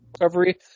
recovery